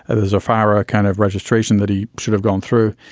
and there's a fira kind of registration that he should have gone through.